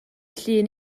llun